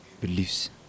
beliefs